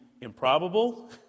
improbable